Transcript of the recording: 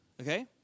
okay